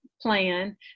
plan